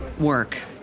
work